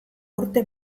urte